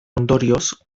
ondorioz